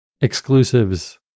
exclusives